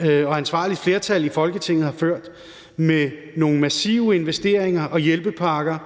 og ansvarligt flertal i Folketinget har ført. Med nogle massive investeringer og hjælpepakker